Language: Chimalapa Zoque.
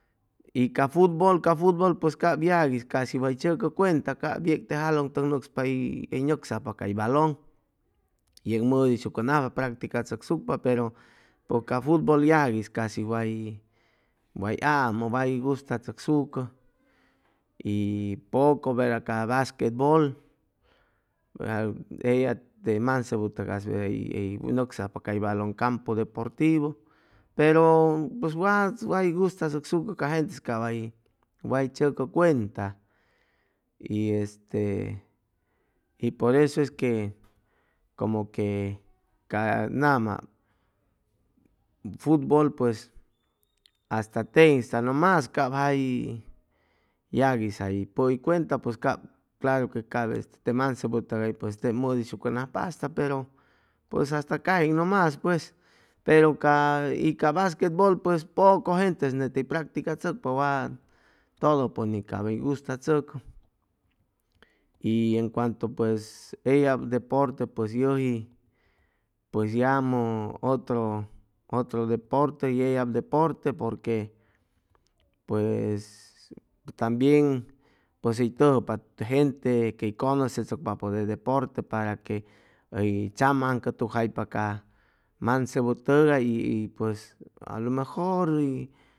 Y ca futbol ca futbol pues cap yagui casi way tzʉcʉ cuenta cap yeg te jalʉŋ tʉg nʉcspa hʉy nʉcsajpa cay balon yeg mʉdʉyshucʉnajpa practicachʉcsucpa pero pues ca futbol yagui casi way way ammʉ way gustachʉcsucʉ y poco verda ca basquetbol eya te mansebu tʉgas hʉy hʉy nʉcsajpa cay balon campu deportivo pero pues wa way gustachʉcsucʉ ca gentes cay wa way chʉcʉ cuenta y este y por esu es que como que ca nama futbol hasta tejiŋsta nʉmas cap jay yaguis jay pʉi cuenta pues cap claru que cap te mansebu tʉgays tep mʉdʉyshucʉnajpasta pero pues hasta cajin nʉmas pero ca y ca basquetbol pues poco gentes nete hʉy practicachʉcpa wat todo pʉis cap hʉy gustachʉcʉ y en cuanto pues eyab deporte pues yʉji pues yamʉ otro otro deporte y eyab deporte porque pues tambien pues hʉy tʉjʉpa gente quey cʉnʉsechʉcpapʉ de deporte para que tzam aŋcʉtucjaypa ca mansebu tʉgay y y pues alomejor y